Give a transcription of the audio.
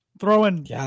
Throwing